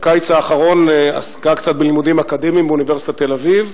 בקיץ האחרון עסקה קצת בלימודים אקדמיים באוניברסיטת תל-אביב,